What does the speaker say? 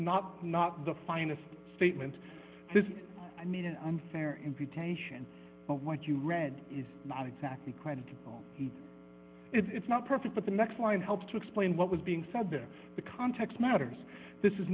not not the finest statement says i made an unfair invitation but what you read is not exactly creditable it's not perfect but the next line helps to explain what was being said there the context matters this is